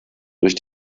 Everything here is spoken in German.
durch